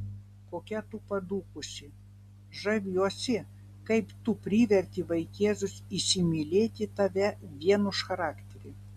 kokia tu padūkusi žaviuosi kaip tu priverti vaikėzus įsimylėti tave vien už charakterį